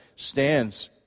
stands